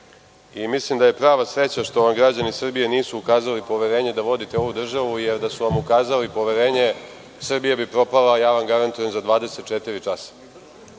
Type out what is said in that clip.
i mislim da je prava sreća što vam građani Srbije nisu ukazali poverenje da vodite ovu državu, jer da su vam ukazali poverenje Srbija bi propala, ja vam garantujem za 24 časa.O